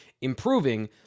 improving